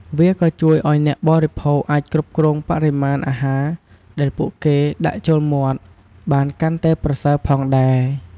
វាក៏ជួយឱ្យអ្នកបរិភោគអាចគ្រប់គ្រងបរិមាណអាហារដែលពួកគេដាក់ចូលមាត់បានកាន់តែប្រសើរផងដែរ។